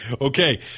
Okay